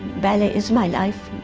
ballet is my life,